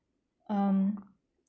um